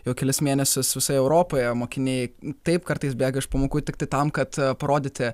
jau kelis mėnesius visoje europoje mokiniai taip kartais bėga iš pamokų tiktai tam kad aprodyti